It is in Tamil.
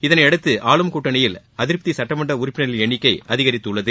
இதனையடுத்து ஆளும் கூட்டணியில் அதிருப்தி சுட்டமன்ற உறுப்பினர்களின் எண்ணிக்கை அதிகரித்துள்ளது